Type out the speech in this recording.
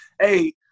hey